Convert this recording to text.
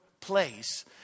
place